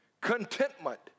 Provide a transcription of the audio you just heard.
Contentment